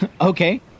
Okay